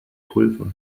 pulvers